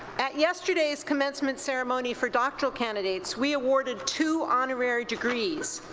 at yesterday's commencement ceremony for doctoral candidates, we awarded two honorary degrees.